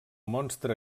monstre